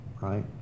right